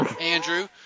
Andrew